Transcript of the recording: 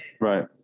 Right